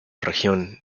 región